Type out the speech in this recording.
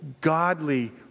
godly